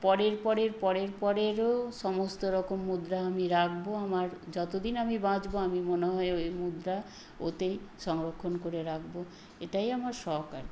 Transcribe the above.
পরের পরের পরের পরেরও সমস্ত রকম মুদ্রা আমি রাখবো আমার যতো দিন আমি বাঁচবো আমার মনে হয় ওই মুদ্রা ওতেই সংরক্ষণ করে রাখবো এটাই আমার শখ আর কি